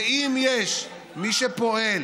ואם יש מי שפועל